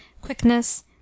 quickness